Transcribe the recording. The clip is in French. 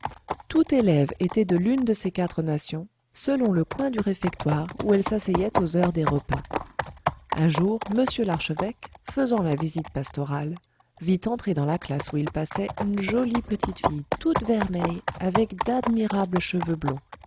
toute élève était de l'une de ces quatre nations selon le coin du réfectoire où elle s'asseyait aux heures des repas un jour mr l'archevêque faisant la visite pastorale vit entrer dans la classe où il passait une jolie petite fille toute vermeille avec d'admirables cheveux blonds